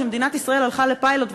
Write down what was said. מדינת ישראל הלכה לפיילוט,